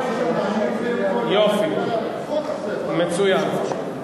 פעם ראשונה שאני מצביע עם הקואליציה,